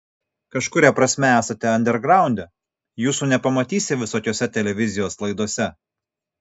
kažkuria prasme esate andergraunde jūsų nepamatysi visokiose televizijos laidose